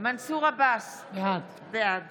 מנסור עבאס, בעד